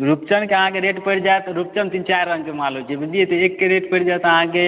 रुपचनके आहाँके रेट पड़ि जायत रुपचन तीन चारि रङ्गके माल होइ छै बुझलियै एकके रेट पड़ि जायत आहाँके